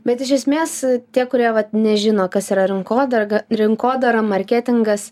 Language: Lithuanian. bet iš esmės tie kurie vat nežino kas yra rinkodarga rinkodara marketingas